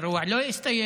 אם האירוע לא הסתיים.